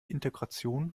integration